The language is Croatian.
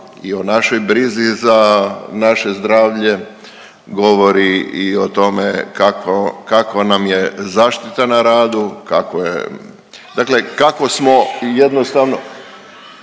i o našoj brizi za naše zdravlje, govori i o tome kakva nam je zaštita na radu, kako je, dakle kako smo jednostavno